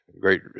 great